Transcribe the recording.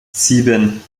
sieben